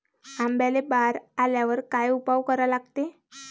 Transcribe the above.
आंब्याले बार आल्यावर काय उपाव करा लागते?